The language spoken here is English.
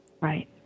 Right